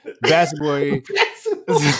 basketball